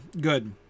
Good